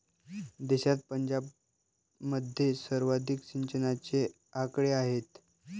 देशात पंजाबमध्ये सर्वाधिक सिंचनाचे आकडे आहेत